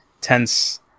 tense